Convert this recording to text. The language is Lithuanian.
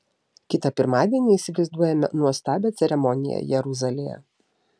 kitą pirmadienį įsivaizduojame nuostabią ceremoniją jeruzalėje